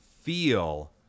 feel